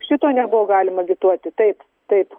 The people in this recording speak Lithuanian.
šito nebuvo galima agituoti taip taip